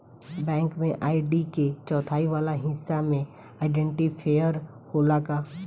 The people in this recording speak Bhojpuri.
बैंक में आई.डी के चौथाई वाला हिस्सा में आइडेंटिफैएर होला का?